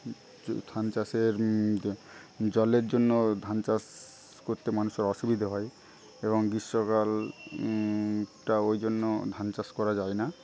ধান চাষের জলের জন্য ধান চাষ করতে মানুষের অসুবিধা হয় এবং গ্রীষ্মকাল টা ওই জন্য ধান চাষ করা যায় না